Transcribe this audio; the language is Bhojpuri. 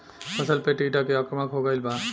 फसल पे टीडा के आक्रमण हो गइल बा?